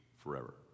forever